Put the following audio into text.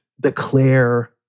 declare